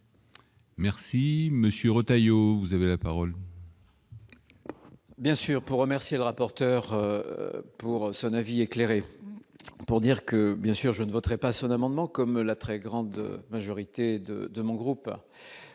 Merci monsieur Retailleau, vous avez la parole.